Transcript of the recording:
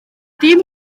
dim